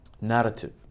narrative